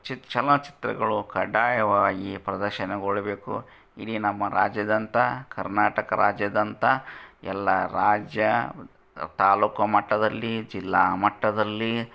ಚಿ ಚಲನಚಿತ್ರಗಳು ಕಡ್ಡಾಯವಾಗಿ ಪ್ರದರ್ಶನಗೊಳ್ಬೇಕು ಇಡೀ ನಮ್ಮ ರಾಜ್ಯದಂಥ ಕರ್ನಾಟಕ ರಾಜ್ಯದಂಥ ಎಲ್ಲಾ ರಾಜ್ಯ ತಾಲೂಕು ಮಟ್ಟದಲ್ಲಿ ಜಿಲ್ಲಾ ಮಟ್ಟದಲ್ಲಿ